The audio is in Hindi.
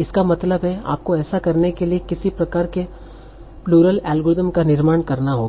इसका मतलब है आपको ऐसा करने के लिए किसी प्रकार के प्लूरल एल्गोरिदम का निर्माण करना होगा